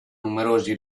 numerosi